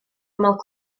ymyl